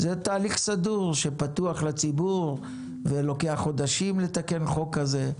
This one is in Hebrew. זה תהליך סדור שפתוח לציבור ולוקח חודשים לתקן חוק כזה.